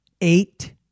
Eight